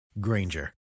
Granger